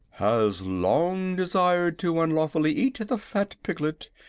has long desired to unlawfully eat the fat piglet,